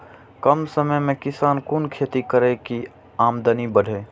कम समय में किसान कुन खैती करै की आमदनी बढ़े?